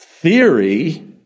theory